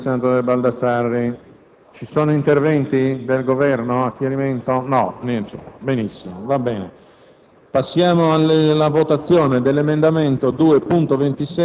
La lettera di trasmissione è a firma del capo di Gabinetto del Ministero Paolo De Ioanna e le tabelle e la relazione sono firmate dalla Ragioneria generale dello Stato.